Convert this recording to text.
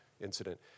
incident